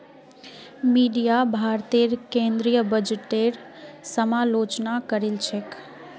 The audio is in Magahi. मीडिया भारतेर केंद्रीय बजटेर समालोचना करील छेक